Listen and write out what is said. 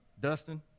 Dustin